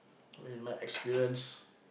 in my experience